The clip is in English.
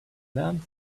learned